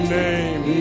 name